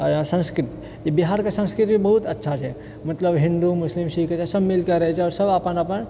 संस्कृत ई बिहारके संस्कृत भी बहुत अच्छा छै मतलब हिन्दू मुस्लिम सिक्ख ईसाई सब मिलके रहै छै आ सब मिलके अपन